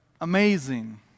amazing